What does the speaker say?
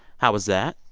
how was that?